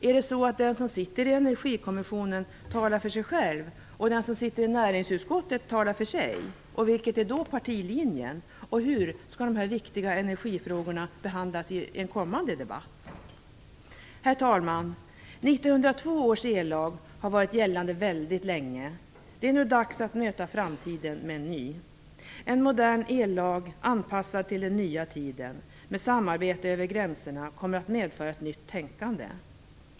Är det så att den som sitter i Energikommissionen talar för sig själva och den som sitter i näringsutskottet talar för sig? Vilken är då partilinjen, och hur skall de viktiga energifrågorna behandlas i en kommande debatt? Herr talman! 1902 års ellag har varit gällande länge. Det är nu dags att möta framtiden med en ny. En modern ellag, anpassad till den nya tiden med samarbete över gränserna, kommer att medföra ett nytt tänkande.